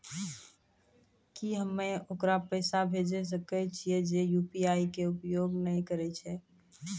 की हम्मय ओकरा पैसा भेजै सकय छियै जे यु.पी.आई के उपयोग नए करे छै?